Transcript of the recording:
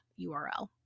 URL